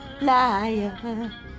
Liar